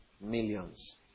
millions